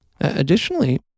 Additionally